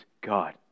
God